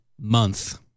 month